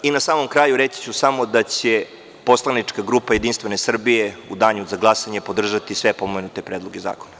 Na samom kraju ću reći da će Poslanička grupa Jedinstvene Srbije u Danu za glasanje podržati sve pomenute predloge zakona.